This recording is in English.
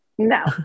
No